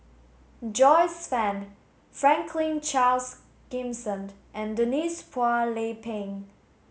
Joyce Fan Franklin Charles Gimson and Denise Phua Lay Peng